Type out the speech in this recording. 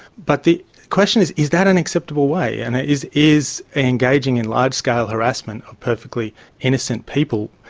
but the question is is that an acceptable way, and ah is is engaging in large-scale harassment of perfectly innocent people,